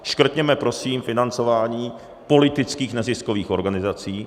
Škrtněme prosím financování politických neziskových organizací.